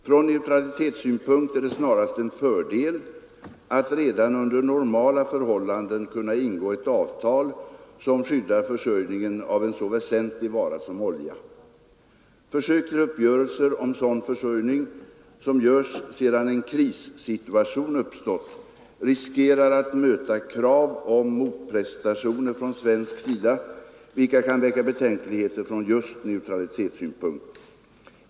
Från neutralitetssynpunkt är det snarast en fördel att redan under normala förhållanden kunna ingå ett avtal som skyddar försörjningen av en så väsentlig vara som olja. Försök till uppgörelser om sådan försörjning, som görs sedan en krissituation uppstått, riskerar att möta krav om motprestationer från svensk sida, vilka kan väcka betänkligheter från just neutralitetssynpunkt.